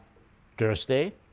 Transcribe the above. thursday,